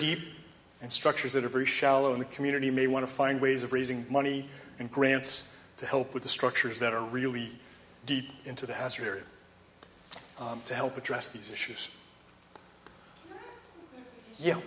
deep and structures that are very shallow in the community may want to find ways of raising money and grants to help with the structures that are really deep into the hazard to help address these issues yeah